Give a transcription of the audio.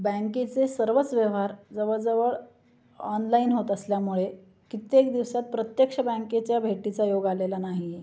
बँकेचे सर्वच व्यवहार जवळजवळ ऑनलाईन होत असल्यामुळे कित्येक दिवसात प्रत्यक्ष बँकेच्या भेटीचा योग आलेला नाही आहे